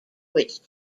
which